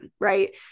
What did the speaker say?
right